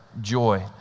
joy